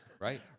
Right